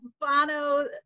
Bono